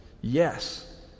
Yes